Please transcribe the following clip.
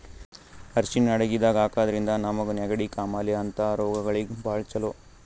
ಅರ್ಷಿಣ್ ಅಡಗಿದಾಗ್ ಹಾಕಿದ್ರಿಂದ ನಮ್ಗ್ ನೆಗಡಿ, ಕಾಮಾಲೆ ಅಂಥ ರೋಗಗಳಿಗ್ ಭಾಳ್ ಛಲೋ